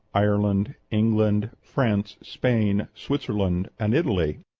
ireland, england, france, spain, switzerland, and italy?